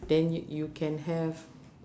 then yo~ you can have